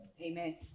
Amen